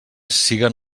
siguen